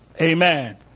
Amen